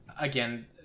again